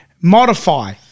modify